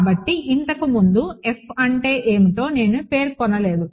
కాబట్టి ఇంతకు ముందు F అంటే ఏమిటో నేను పేర్కొనలేదు